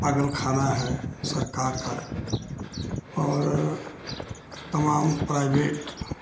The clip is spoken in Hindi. पागलखाना है सरकार का और तमाम प्राइवेट